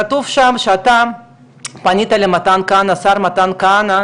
כתוב שם שאתה פנית לשר מתן כהנא,